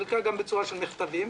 חלקה גם בצורה של מכתבים